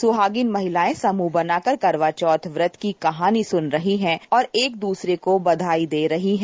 सुहागिन महिलायें समूह बनाकर करवा चौथ व्रत की कहानी सुन रही हैं और एक दूसरे को बधाई दे रही हैं